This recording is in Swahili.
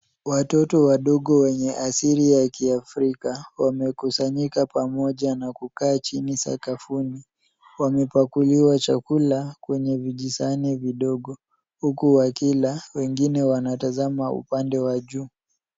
Watoto wadogo wenye asili ya kiafrika wamekusanyika pamoja na kukaa chini sakafuni. Wamepakuliwa chakula kwenye vijisahani vidogo huku wakila wengine wanatazama upande wa juu.